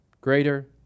greater